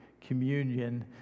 communion